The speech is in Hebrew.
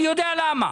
אני יודע למה.